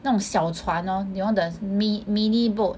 那种小船 lor you know the mi~ mini boat